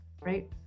right